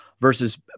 versus